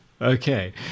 Okay